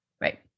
Right